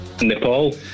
Nepal